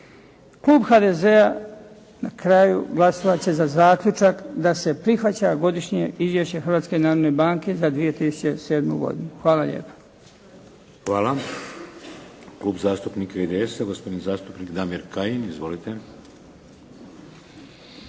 Klub HDZ-a na kraju glasovat će za zaključak da se prihvaća godišnje izvješće Hrvatske narodne banke za 2007. godinu. **Šeks, Vladimir (HDZ)** Hvala. Klub zastupnika IDS-a gospodin zastupnik Damir Kajin. Izvolite.